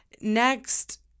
Next